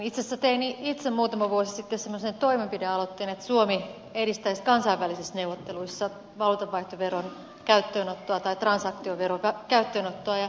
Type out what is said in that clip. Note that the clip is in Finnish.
itse asiassa tein itse muutama vuosi sitten semmoisen toimenpidealoitteen että suomi edistäisi kansainvälisissä neuvotteluissa valuutanvaihtoveron käyttöönottoa tai transaktioveron käyttöönottoa